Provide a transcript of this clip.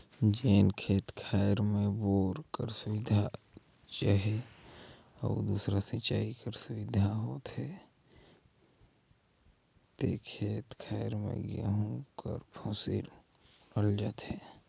जेन खेत खाएर में बोर कर सुबिधा चहे अउ दूसर सिंचई कर सुबिधा होथे ते खेत खाएर में गहूँ कर फसिल बुनल जाथे